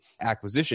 acquisition